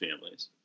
families